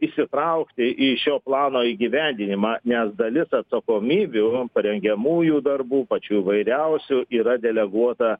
įsitraukti į šio plano įgyvendinimą nes dalis atsakomybių parengiamųjų darbų pačių įvairiausių yra deleguota